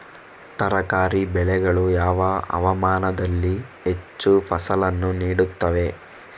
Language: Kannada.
ತರಕಾರಿ ಬೆಳೆಗಳು ಯಾವ ಹವಾಮಾನದಲ್ಲಿ ಹೆಚ್ಚು ಫಸಲನ್ನು ನೀಡುತ್ತವೆ?